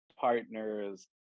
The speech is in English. partners